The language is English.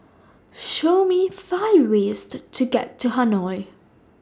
Show Me five ways to to get to Hanoi